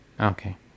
okay